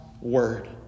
word